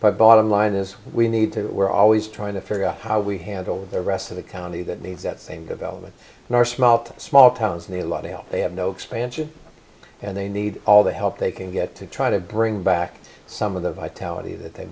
but bottom line is we need to we're always trying to figure out how we handle the rest of the county that needs that same development in our small town small towns and a lot of health they have no expansion and they need all the help they can get to try to bring back some of the vitality that they